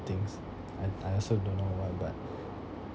things I I also don't know why but